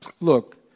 look